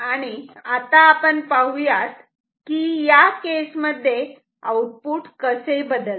आणि आता आपण पाहुयात की या केसमध्ये आउटपुट कसे बदलते